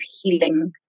healing